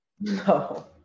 no